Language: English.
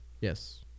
Yes